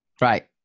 Right